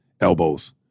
Elbows